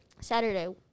Saturday